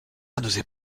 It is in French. n’osait